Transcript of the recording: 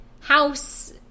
house